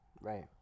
right